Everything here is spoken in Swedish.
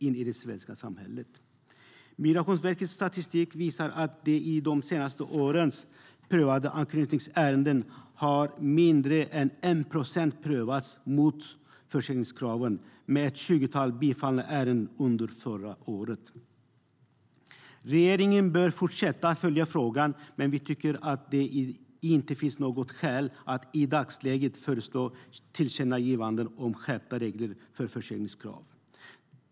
Migrationsverkets statistik visar att i de senaste årens prövade anknytningsärenden har färre än 1 procent prövats mot försörjningskraven, med ett tjugotal bifallna ärenden under förra året. Regeringen bör fortsätta att följa frågan, men vi tycker att det inte finns något skäl att i dagsläget föreslå tillkännagivanden om skärpta regler för försörjningskrav.